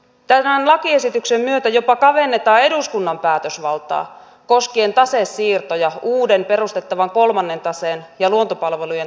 tämän lakiesityksen myötä jopa kavennetaan eduskunnan päätösvaltaa koskien tasesiirtoja uuden perustettavan kolmannen taseen ja luontopalvelujen taseen välillä